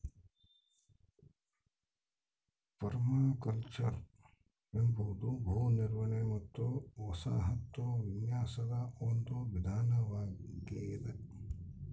permaculture ಎಂಬುದು ಭೂ ನಿರ್ವಹಣೆ ಮತ್ತು ವಸಾಹತು ವಿನ್ಯಾಸದ ಒಂದು ವಿಧಾನವಾಗೆದ